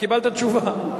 קיבלת תשובה.